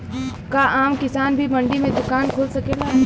का आम किसान भी मंडी में दुकान खोल सकेला?